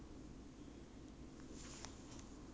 (uh huh) and then I not as tanned as her lah